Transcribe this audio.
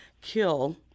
kill